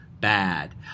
bad